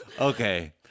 okay